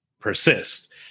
persist